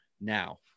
now